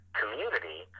community